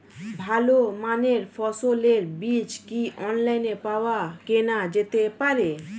ভালো মানের ফসলের বীজ কি অনলাইনে পাওয়া কেনা যেতে পারে?